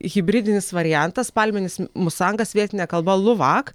hibridinis variantas palminis musangas vietine kalba luvak